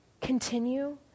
continue